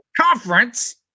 Conference